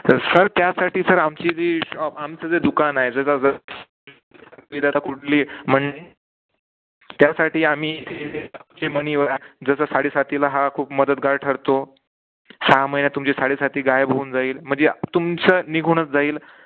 तर सर त्यासाठी सर आमची जी शॉप आमचं जे दुकान आहे मणीवर जसं साडेसातीला हा खूप मदतगार ठरतो हा महिन्यात तुमची साडेसाती गायब होऊन जाईल म्हणजे तुमचं निघूनच जाईल